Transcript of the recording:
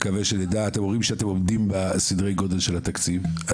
אתם אומרים שאתם עומדים בסדר גודל של התקציב.